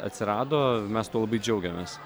atsirado mes tuo labai džiaugiamės